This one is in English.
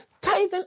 tithing